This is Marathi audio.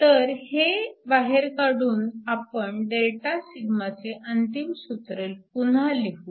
तर हे बाहेर काढून आपण Δσ चे अंतिम सूत्र पुन्हा लिहू